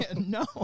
No